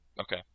Okay